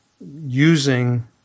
using